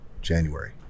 January